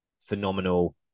phenomenal